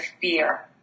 fear